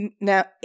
Now